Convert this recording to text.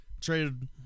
traded